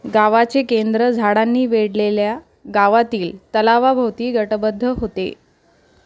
गावाचे केंद्र झाडांनी वेढलेल्या गावातील तलावाभोवती गटबद्ध होते